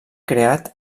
creat